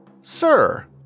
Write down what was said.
Sir